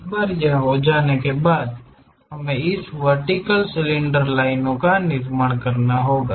एक बार यह हो जाने के बाद हमें इस वर्टिकल सिलेंडर लाइनों का निर्माण करना होगा